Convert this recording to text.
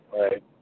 Right